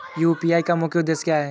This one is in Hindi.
यू.पी.आई का मुख्य उद्देश्य क्या है?